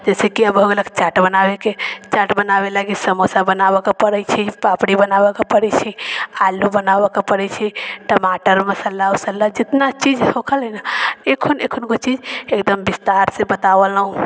जइसेकि अब हो गेलक चाट बनाबैके चाट बनाबै लागी समोसा बनाबैके पड़ै छै पापड़ी बनाबैके पड़ै छै आलू बनाबैके पड़ै छै टमाटर मशाला वशाला जतना चीज होखल हइ ने एखन एखनगो चीज एकदम विस्तारसँ से बतावलऽ